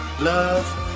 love